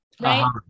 Right